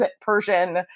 Persian